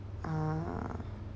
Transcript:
ah